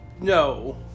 no